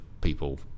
people